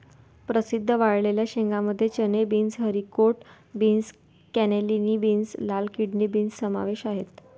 प्रसिद्ध वाळलेल्या शेंगांमध्ये चणे, beans, haricot beans, cannellini beans, लाल किडनी बीन्स समावेश आहे